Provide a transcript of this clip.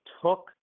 took